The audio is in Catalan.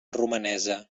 romanesa